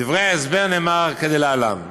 בדברי ההסבר נאמר כדלהלן: